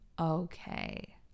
Okay